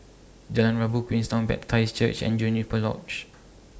Jalan Rabu Queenstown Baptist Church and Juniper Lodge